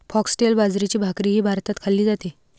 foxtail बाजरीची भाकरीही भारतात खाल्ली जाते